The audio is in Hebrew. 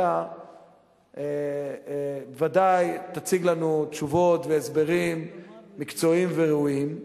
אתה ודאי תציג לנו תשובות והסברים מקצועיים וראויים.